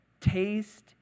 Taste